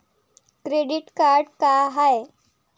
Credit card का हाय?